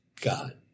God